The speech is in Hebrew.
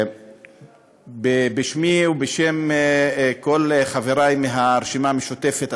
בשמי ובשם כל חברי מהרשימה המשותפת,